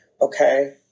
Okay